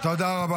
תודה.